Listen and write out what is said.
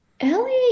Ellie